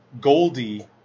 Goldie